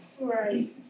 Right